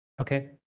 Okay